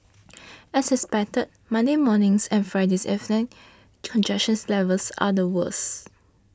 as expected Monday morning's and Friday's evening's congestions levels are the worse